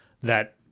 that-